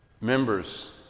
Members